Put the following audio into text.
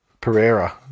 Pereira